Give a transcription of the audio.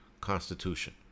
constitution